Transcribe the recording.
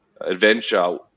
adventure